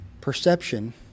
perception